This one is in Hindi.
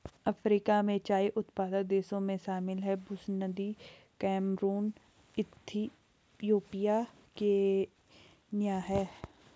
अफ्रीका में चाय उत्पादक देशों में शामिल हैं बुसन्दी कैमरून इथियोपिया केन्या है